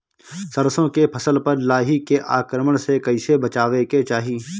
सरसो के फसल पर लाही के आक्रमण से कईसे बचावे के चाही?